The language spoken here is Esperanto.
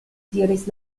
diris